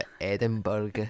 edinburgh